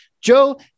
Joe